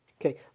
Okay